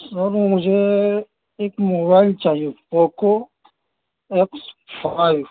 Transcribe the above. سر مجھے ایک موبائل چاہیے تھی پوکو ایکس فائیو